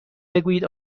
بگویید